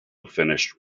finished